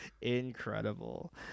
incredible